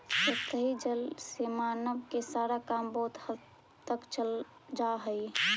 सतही जल से मानव के सारा काम बहुत हद तक चल जा हई